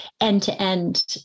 end-to-end